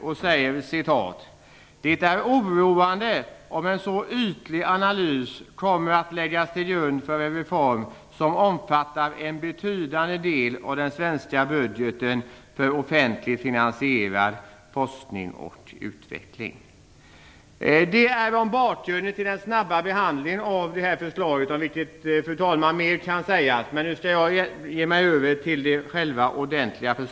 Man säger: "Det är oroande om en så ytlig analys kommer att läggas till grund för en reform som omfattar en betydande del av den svenska budgeten för offentligt finansierad forskning och utveckling." Om bakgrunden till den snabba behandlingen av det här förslaget kan mera sägas. Men jag skall i stället gå över till själva förslaget här.